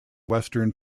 western